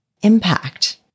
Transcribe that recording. impact